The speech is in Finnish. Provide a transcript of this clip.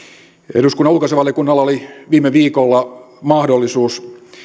eduskunnan ulkoasiainvaliokunnalla oli viime viikolla mahdollisuus